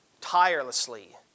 tirelessly